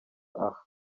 aha